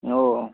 हो